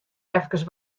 efkes